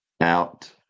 out